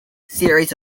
series